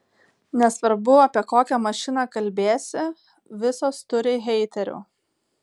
nesvarbu apie kokią mašiną kalbėsi visos turi heiterių